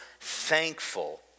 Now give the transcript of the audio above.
thankful